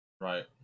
Right